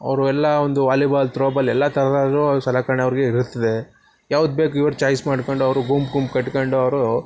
ಅವರು ಎಲ್ಲ ಒಂದು ವಾಲಿಬಾಲ್ ತ್ರೋ ಬಾಲ್ ಎಲ್ಲ ಥರದಲ್ಲೂ ಸಲಕರಣೆ ಅವ್ರಿಗೆ ಇರುತ್ತದೆ ಯಾವುದು ಬೇಕು ಇವ್ರು ಚಾಯ್ಸ್ ಮಾಡಿಕೊಂಡು ಅವರು ಗುಂಪು ಗುಂಪು ಕಟ್ಕೊಂಡವ್ರು